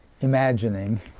imagining